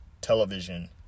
television